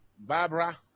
Barbara